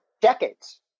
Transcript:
decades